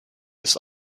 ist